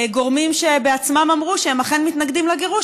גורמים שבעצמם אמרו שהם אכן מתנגדים לגירוש,